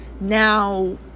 now